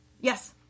Yes